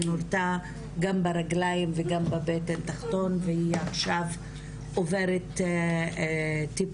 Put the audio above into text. היא נורתה גם ברגלים וגם בבטן תחתונה והיא עכשיו עוברת טיפול